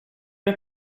med